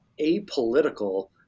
apolitical